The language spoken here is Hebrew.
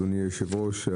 אדוני היושב-ראש,